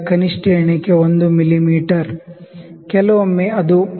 me ಗುರುತಿಸಬಹುದು ಕೆಲವೊಮ್ಮೆ ಅದು 0